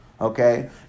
Okay